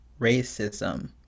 racism